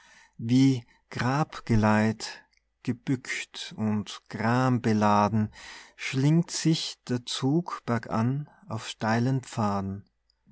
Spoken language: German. wie grabgeleit gebückt und grambeladen schlingt sich der zug bergan auf steilen pfaden